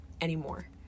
anymore